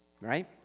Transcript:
right